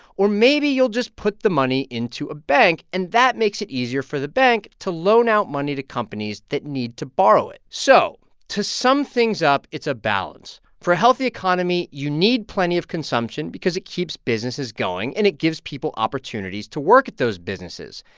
or maybe you'll just put the money into a bank. and that makes it easier for the bank to loan out money to companies that need to borrow it. so to sum things up, it's a balance. for a healthy economy, you need plenty of consumption because it keeps businesses going, and it gives people opportunities to work at those businesses.